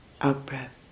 out-breath